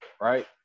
right